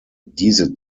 diese